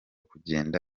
kugenda